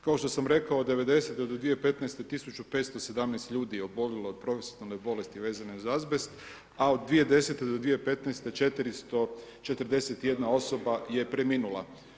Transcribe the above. Kao što sam rekao od 90-te do 2015. 1517 ljudi je obolilo od profesionalne bolesti vezane uz azbest, a od 2010. do 2015. 441 osoba je preminula.